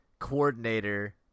coordinator